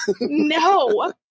no